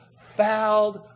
fouled